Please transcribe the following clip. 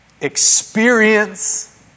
experience